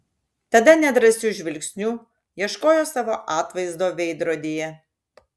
tada nedrąsiu žvilgsniu ieškojo savo atvaizdo veidrodyje